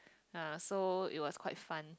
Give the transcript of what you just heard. ya so it was quite fun